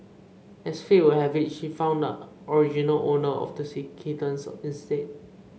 as fate would have it she found the original owner of the see kittens instead